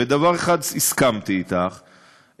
בדבר אחד הסכמתי אתך,